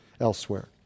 elsewhere